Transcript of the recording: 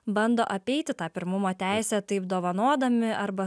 bando apeiti tą pirmumo teisę taip dovanodami arba